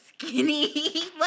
skinny